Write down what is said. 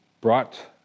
brought